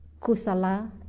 kusala